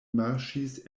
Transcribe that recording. marŝis